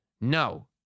No